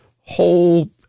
whole